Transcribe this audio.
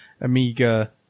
Amiga